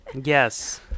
yes